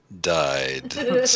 died